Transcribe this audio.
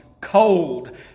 cold